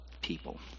people